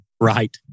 Right